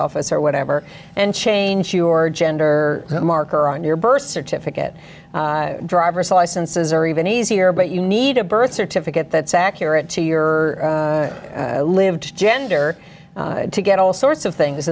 office or whatever and change your gender marker on your birth certificate driver's licenses or even easier but you need a birth certificate that's accurate to your lived gender to get all sorts of things